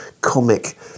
comic